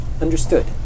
Understood